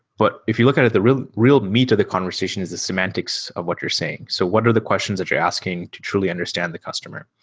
but if you look at at the real real meat of the conversation is the semantics of what you're saying. so what are the questions that you're asking to truly understand the customer?